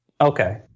Okay